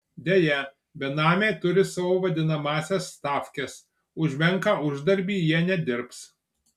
deja benamiai turi savo vadinamąsias stavkes už menką uždarbį jie nedirbs